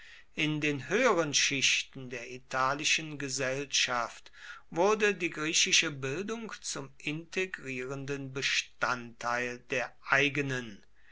in den höheren schichten der italischen gesellschaft wurde die griechische bildung zum integrierenden bestandteil der eigenen